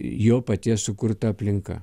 jo paties sukurta aplinka